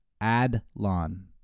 Adlon